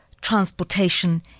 transportation